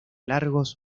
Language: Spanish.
largos